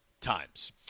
times